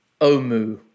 Omu